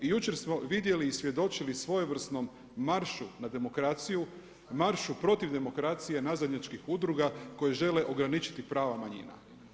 Jučer smo vidjeli i svjedočili svojevrsnom maršu na demokraciju, maršu protiv demokracije nazadnjačkih udruga koje žele ograničiti prava manjina.